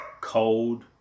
cold